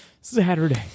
saturday